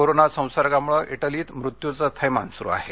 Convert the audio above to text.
corona संसर्गामुळे ठेलीत मृत्यूंचे थैमान सुरू आहे